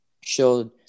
showed